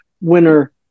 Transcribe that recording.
winner